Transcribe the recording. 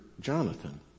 Jonathan